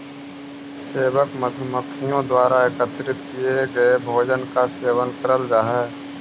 सेवक मधुमक्खियों द्वारा एकत्रित किए गए भोजन का सेवन करल जा हई